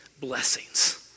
blessings